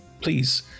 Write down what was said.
please